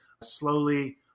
Slowly